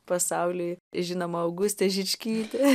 pasauliui žinomą augustę žičkytę